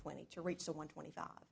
twenty to reach a one twenty five